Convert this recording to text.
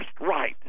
right